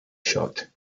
shot